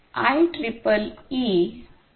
आयट्रिपलई 802